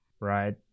right